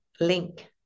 link